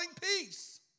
peace